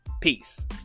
peace